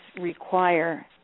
require